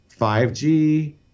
5G